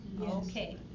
Okay